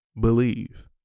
believe